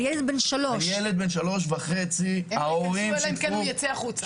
בן 3.5. הם לא ייכנסו אלא אם כן הוא ייצא החוצה.